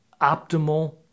optimal